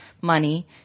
money